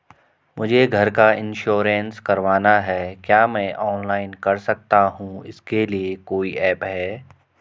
मुझे घर का इन्श्योरेंस करवाना है क्या मैं ऑनलाइन कर सकता हूँ इसके लिए कोई ऐप है?